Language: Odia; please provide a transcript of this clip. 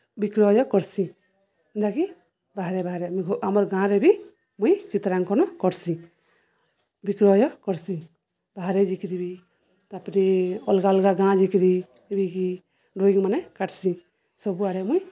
ବିକ୍ରୟ କର୍ସି ଯେନ୍ତାକି ବାହାରେ ବାହାରେ ମୁଇଁ ଆମର୍ ଗାଁରେ ବି ମୁଇଁ ଚିତ୍ରାଙ୍କନ କର୍ସି ବିକ୍ରୟ କର୍ସି ବାହାରେ ଯାଇକରି ବି ତାପରେ ଅଲ୍ଗା ଅଲ୍ଗା ଗାଁ ଯାଇକିରି ବିକିି ଡ୍ରଇଂମାନେ କାଟ୍ସି ସବୁଆଡ଼େ ମୁଇଁ